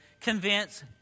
convince